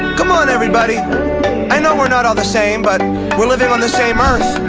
c'mon everybody, i know we're not all the same but we're living on the same earth